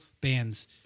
bands